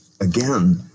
Again